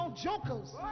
Jokers